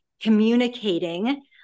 communicating